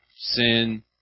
Sin